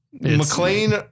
McLean